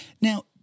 Now